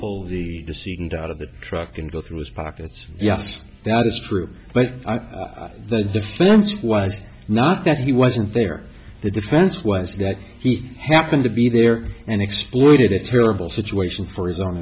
pull the seat and out of the truck and go through his pockets yes that is true but the defense was not that he wasn't there the defense was that he happened to be there and exploited a terrible situation for his own